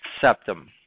septum